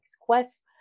Quest